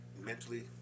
Mentally